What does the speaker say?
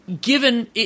Given –